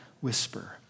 whisper